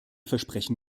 versprechen